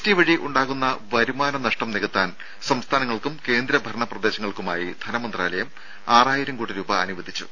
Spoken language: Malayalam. ടി വഴി ഉണ്ടാകുന്ന വരുമാന നഷ്ടം നികത്താൻ സംസ്ഥാനങ്ങൾക്കും കേന്ദ്ര ഭരണ പ്രദേശങ്ങൾക്കുമായി ധനമന്ത്രാലയം ആറായിരം കോടി രൂപ അനുവദിച്ചു